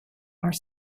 are